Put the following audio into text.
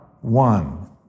one